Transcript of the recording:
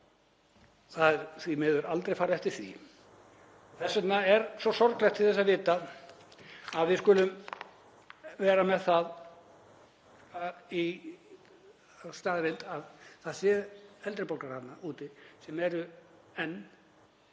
það er því miður aldrei farið eftir því og þess vegna er svo sorglegt til þess að vita að við skulum vera með þá staðreynd að það séu eldri borgarar þarna úti sem eru enn